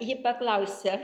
ji paklausia